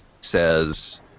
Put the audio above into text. says